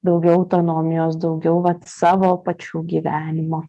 daugiau autonomijos daugiau vat savo pačių gyvenimo